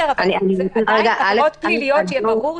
שיהיה ברור,